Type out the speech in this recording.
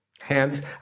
Hands